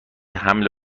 حمل